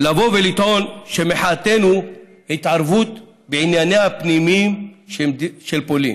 לבוא ולטעון שמחאתנו היא התערבות בענייניה הפנימיים של פולין.